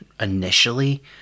initially